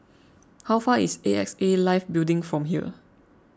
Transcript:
how far is A X A Life Building from here